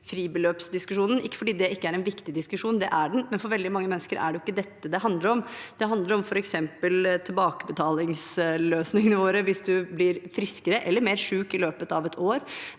fribeløpsdiskusjonen, ikke fordi det ikke er en viktig diskusjon – det er den – men for veldig mange mennesker er det ikke dette det handler om. Det handler f.eks. om tilbakebetalingsløsningene våre hvis man blir friskere eller sykere i løpet av et år.